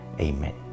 Amen